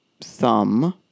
thumb